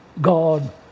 God